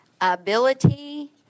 ability